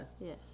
Yes